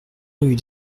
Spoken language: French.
rue